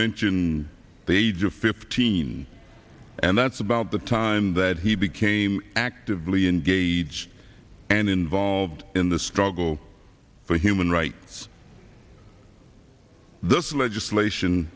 mention the age of fifteen and that's about the time that he became actively engage and involved in the struggle for human rights this legislation